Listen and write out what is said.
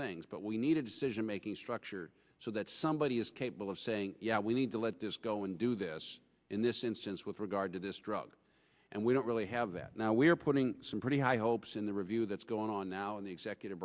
things but we need a decision making structure so that somebody is capable of saying we need to let this go and do this in this instance with regard to this drug and we don't really have that now we are putting some pretty high hopes in the review that's going on now in the executive